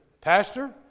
Pastor